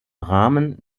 rahmen